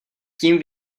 tím